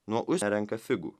nuo nerenka figų